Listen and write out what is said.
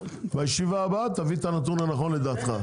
בישיבה הבאה תביא את הנתון הנכון לדעתך.